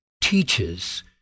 teaches